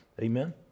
Amen